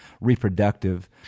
reproductive